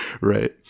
right